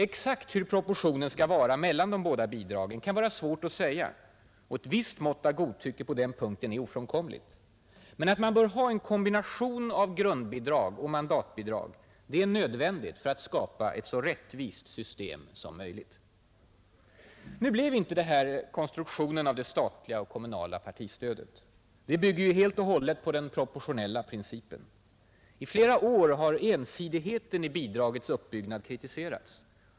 Exakt hur proportionen skall vara mellan de båda bidragen kan vara svårt att säga, och ett visst mått av godtycke på den punkten är ofrånkomligt. Men en kombination av grundbidrag och mandatbidrag är nödvändig för att skapa ett så rättvist system som möjligt. Nu blev inte detta konstruktionen av det statliga och kommunala partistödet. Det bygger ju helt på den proportionella principen. I flera år har den ensidigheten i bidragets uppbyggnad kritiserats.